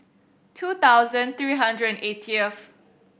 two thousand three hundred and eightieth